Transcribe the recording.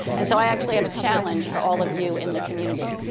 and so i actually have a challenge for all of you in the community.